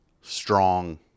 strong